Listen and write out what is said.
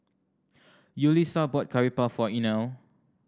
Yulisa bought Curry Puff for Inell